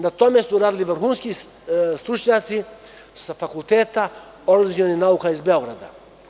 Na tome su radili vrhunski stručnjaci sa Fakulteta organizacionih nauka iz Beograda.